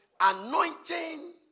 anointing